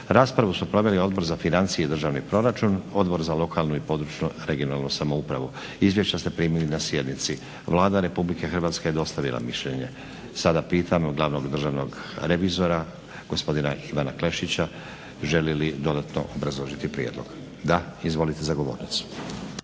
Raspravu su proveli Odbor za financije i državni proračun, Odbor za lokalnu i područnu (regionalnu) samoupravu. Izvješća ste primili na sjednici. Vlada Republike Hrvatske je dostavila mišljenje. Sada pitam glavnog državnog revizora gospodina Ivana Klešića želi li dodatno obrazložiti prijedlog? Da. Izvolite za govornicu.